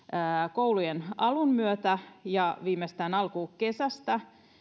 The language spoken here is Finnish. koulujen alun myötä ja viimeistään alkukesästä